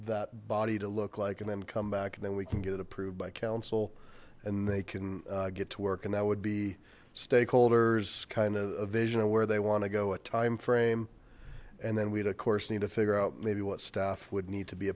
that body to look like and then come back and then we can get it approved by council and they can get to work and that would be stakeholders kind of a vision of where they want to go a timeframe and then we'd of course need to figure out maybe what staff would need to be